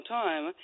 time